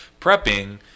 prepping